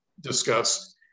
discussed